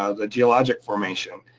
ah the geologic formation.